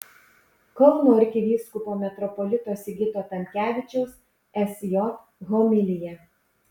kauno arkivyskupo metropolito sigito tamkevičiaus sj homilija